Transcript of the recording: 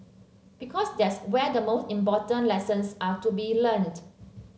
because that's where the most important lessons are to be learnt